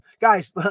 guys